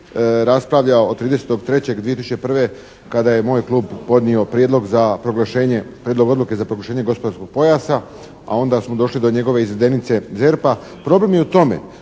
raspravlja od 30.3.2001. kada je moj klub podnio prijedlog za proglašenje, prijedlog odluke za proglašenje gospodarskog pojasa, a onda smo došli do njegove izvedenice ZERP-a. Problem je u tome